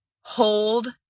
hold